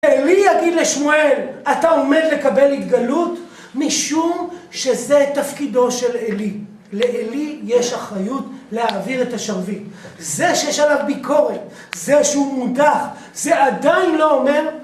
עלי יגיד לשמואל, אתה עומד לקבל התגלות משום שזה תפקידו של עלי. לעלי יש אחריות להעביר את השרביט. זה שיש עליו ביקורת, זה שהוא מודח, זה עדיין לא אומר...